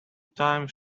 time